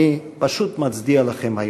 אני פשוט מצדיע לכם היום.